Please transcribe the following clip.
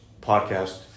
podcast